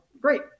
great